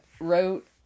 wrote